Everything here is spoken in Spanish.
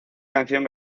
canción